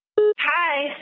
Hi